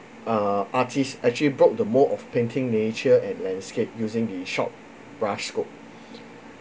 uh artist actually broke the mould of painting nature and landscape using the short brushed scope